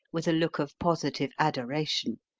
with a look of positive adoration.